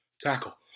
tackle